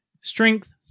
strength